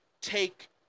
take